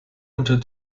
unter